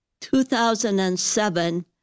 2007